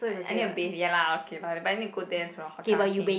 I need to bathe ya lah okay lah but I need go there into the hotel and change